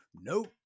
nope